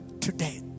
today